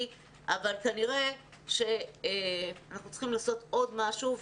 אבל כנראה שאנחנו צריכים לעשות עוד משהו.